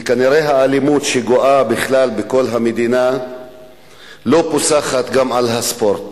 וכנראה האלימות שגואה בכלל בכל המדינה לא פוסחת גם על הספורט